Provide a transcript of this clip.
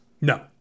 No